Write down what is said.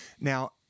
Now